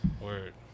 word